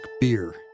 beer